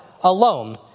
alone